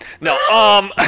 no